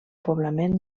poblament